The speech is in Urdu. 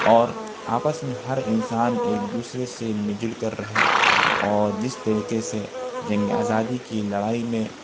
اور آپس میں ہر انسان ایک دوسرے سے مل جل کر رہے اور جس طریقے سے جنگ آزادی کی لڑائی میں